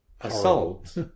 Assault